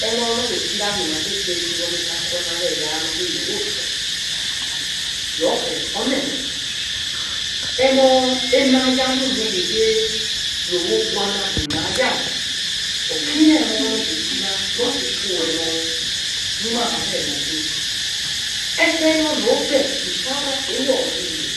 Emo nimaghe facing etsako yara hoghe yowo to nokhe olemo, emo ehlaya lu mere eghe ro pghua dunaya na, orkici emo noghe kira no toto emo nima khare ro khu. Efe, no lode ikpishama eyo yime